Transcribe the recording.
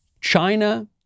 China